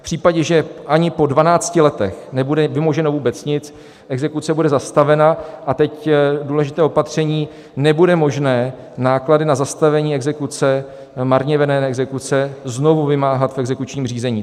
V případě, že ani po 12 letech nebude vymoženo vůbec nic, exekuce bude zastavena, a teď důležité opatření: nebude možné náklady na zastavení exekuce, marně vedené exekuce, znovu vymáhat v exekučním řízení.